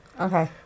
okay